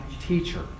teacher